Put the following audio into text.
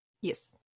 Yes